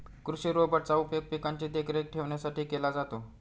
कृषि रोबोट चा उपयोग पिकांची देखरेख ठेवण्यासाठी केला जातो